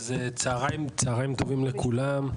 צהרים טובים לכולם.